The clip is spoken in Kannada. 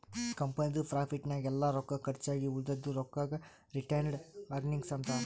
ಕಂಪನಿದು ಪ್ರಾಫಿಟ್ ನಾಗ್ ಎಲ್ಲಾ ರೊಕ್ಕಾ ಕರ್ಚ್ ಆಗಿ ಉಳದಿದು ರೊಕ್ಕಾಗ ರಿಟೈನ್ಡ್ ಅರ್ನಿಂಗ್ಸ್ ಅಂತಾರ